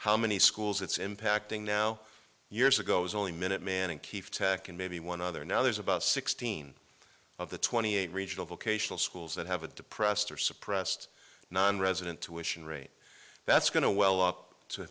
how many schools it's impacting now years ago is only minuteman and keefe tech and maybe one other now there's about sixteen of the twenty eight regional vocational schools that have a depressed or suppressed nonresident tuition rate that's going to well up to